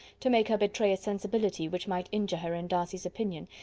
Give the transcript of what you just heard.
to make her betray a sensibility which might injure her in darcy's opinion,